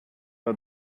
are